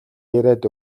яриад